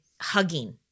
hugging